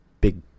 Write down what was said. big